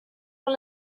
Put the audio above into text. con